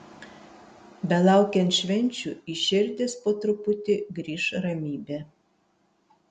belaukiant švenčių į širdis po truputį grįš ramybė